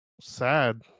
sad